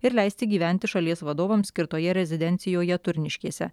ir leisti gyventi šalies vadovams skirtoje rezidencijoje turniškėse